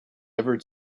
ever